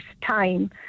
time